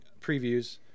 previews